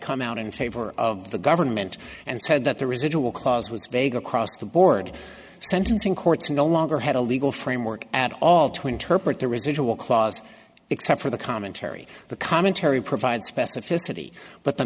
come out in favor of the government and said that the residual cause was vague across the board sentencing courts no longer had a legal framework at all twin turret the residual clause except for the commentary the commentary provides specificity but the